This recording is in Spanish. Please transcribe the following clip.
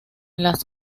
las